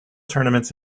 tournaments